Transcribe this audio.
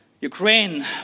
Ukraine